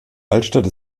altstadt